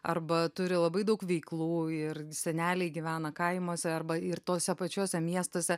arba turi labai daug veiklų ir seneliai gyvena kaimuose arba ir tuose pačiuose miestuose